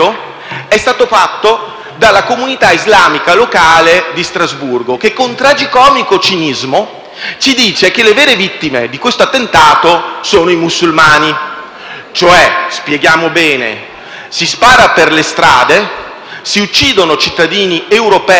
dalla comunità islamica locale di Strasburgo, che con tragicomico cinismo ha affermato che le vere vittime di questo attentato sono i musulmani. Spieghiamo bene: si spara per le strade, si uccidono cittadini europei e non solo europei